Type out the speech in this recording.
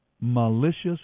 Malicious